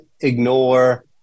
ignore